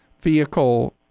vehicle